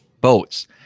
boats